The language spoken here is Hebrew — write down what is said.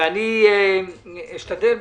אשתדל,